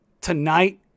Tonight